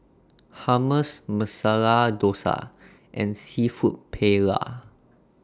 Hummus Masala Dosa and Seafood Paella